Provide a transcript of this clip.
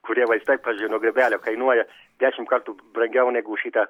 kurie vaistai pavyzdžiui nuo grybelio kainuoja dešimt kartų brangiau negu šita